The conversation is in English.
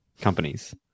companies